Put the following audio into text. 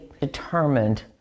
determined